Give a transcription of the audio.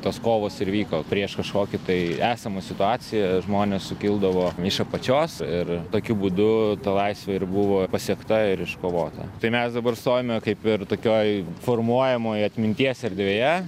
tos kovos ir vyko prieš kažkokį tai esamą situaciją žmonės sukildavo iš apačios ir tokiu būdu ta laisvė ir buvo pasiekta ir iškovota tai mes dabar stovime kaip ir tokioj formuojamoj atminties erdvėje